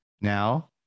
Now